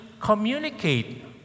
communicate